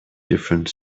different